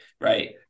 right